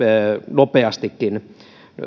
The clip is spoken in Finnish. nopeastikin